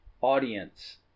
audience